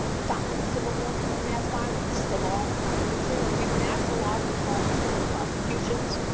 following a civil war or a mass violence, the law of one country or international law can call for criminal prosecutions,